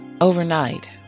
overnight